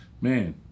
Man